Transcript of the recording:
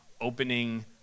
opening